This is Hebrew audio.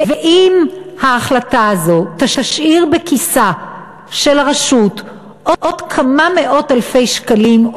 ואם ההחלטה הזאת תשאיר בכיסה של הרשות עוד כמה מאות אלפי שקלים,